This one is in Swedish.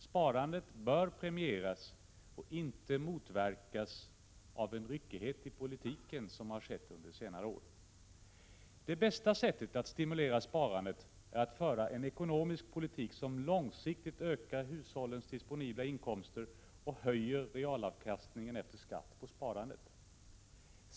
Sparandet bör premieras och inte motverkas av en sådan ryckighet i politiken som har förekommit under senare år. Det bästa sättet att stimulera sparandet är att föra en ekonomisk politik som långsiktigt ökar hushållens disponibla inkomster och höjer realavkastningen efter skatt på sparandet.